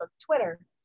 Twitter